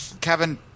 Kevin